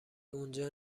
اونجا